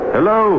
Hello